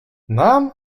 nam